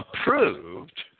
approved